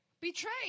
betray